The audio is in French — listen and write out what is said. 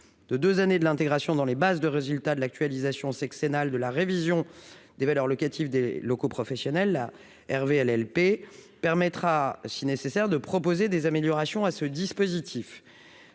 de 2 années de l'intégration dans les bases de résultats de l'actualisation Cenal de la révision des valeurs locatives des locaux professionnels là Hervé LLP permettra si nécessaire de proposer des améliorations à ce dispositif,